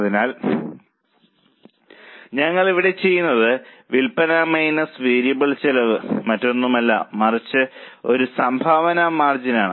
അതിനാൽ ഞങ്ങൾ ഇവിടെ ചെയ്യുന്നത് വിൽപ്പന മൈനസ് വേരിയബിൾ ചെലവ് മറ്റൊന്നുമല്ല മറിച്ച് ഒരു സംഭാവന മാർജിനാണ്